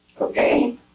Okay